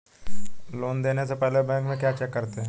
Loan देने से पहले बैंक में क्या चेक करते हैं?